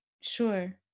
Sure